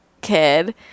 kid